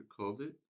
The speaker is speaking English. COVID